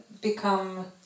become